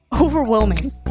overwhelming